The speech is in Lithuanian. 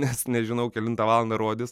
nes nežinau kelintą valandą rodys